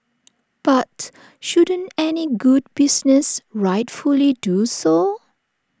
but shouldn't any good business rightfully do so